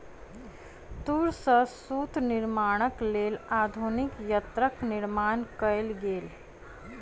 तूर सॅ सूत निर्माणक लेल आधुनिक यंत्रक निर्माण कयल गेल